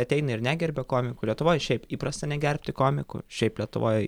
ateina ir negerbia komikų lietuvoj šiaip įprasta negerbti komikų šiaip lietuvoj